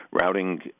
routing